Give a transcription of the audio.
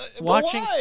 watching